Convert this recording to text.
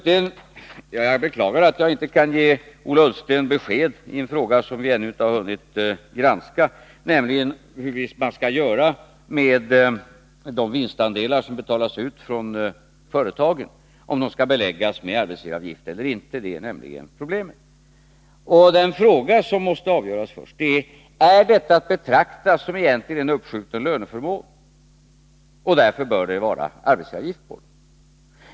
Jag beklagar slutligen att jag inte kan ge Ola Ullsten besked i en fråga som vi ännu inte har hunnit granska, nämligen om de vinstandelar som betalas ut från företagen skall beläggas med arbetsgivaravgift eller inte. Den första fråga som måste avgöras är: Skall denna utbetalning betraktas som en uppskjuten löneförmån? I så fall bör den beläggas med arbetsgivaravgift.